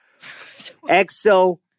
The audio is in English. EXO